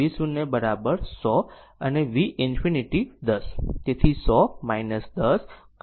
તેથી v અનંત 10 v0 100 અને v infinity 10